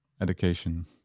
Education